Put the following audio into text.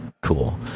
cool